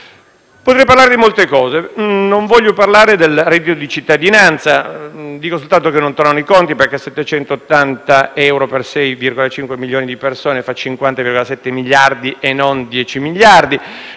Potrei parlare di molte cose. Non voglio parlare del reddito di cittadinanza; dico soltanto che non tornano i conti, perché 780 euro per 6,5 milioni di persone fa 50,7 miliardi e non 10 miliardi.